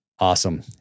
awesome